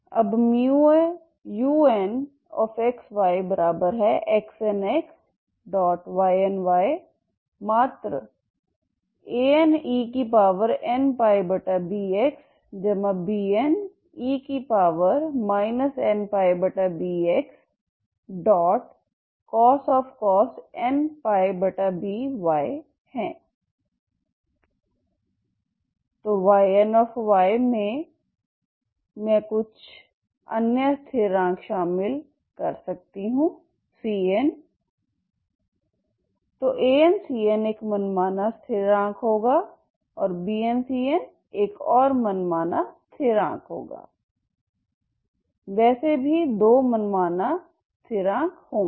अब unxyXnxYny मात्र AnenπbxBne nπbxcos nπby है तो Yny में मैं कुछ अन्य स्थिरांक शामिल cn कर सकती हूं तो Ancn एक मनमाना स्थिरांक होगा और Bncn एक और मनमाना स्थिरांक होगा वैसे भी दो मनमाना स्थिरांक होंगे